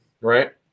right